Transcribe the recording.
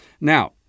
Now